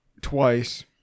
twice